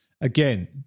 Again